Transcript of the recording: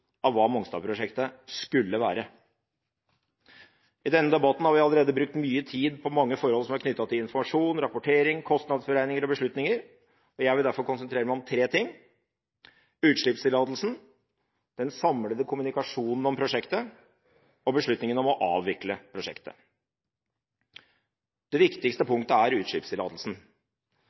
av hva Mongstad-prosjektet skulle være. I denne debatten har vi allerede brukt mye tid på mange forhold som er knyttet til informasjon, rapportering, kostnadsberegninger og beslutninger, og jeg vil derfor konsentrere meg om tre ting: utslippstillatelsen, den samlede kommunikasjonen om prosjektet og beslutningen om å avvikle prosjektet. Det viktigste punktet er utslippstillatelsen. Det som den gangen het Statens forurensingstilsyn, anbefalte at utslippstillatelsen